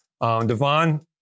Devon